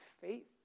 faith